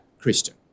Christian